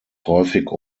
häufig